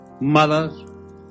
mothers